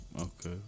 Okay